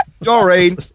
Doreen